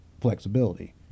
flexibility